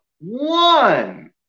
one